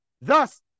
thus